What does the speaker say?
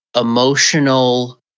emotional